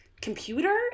computer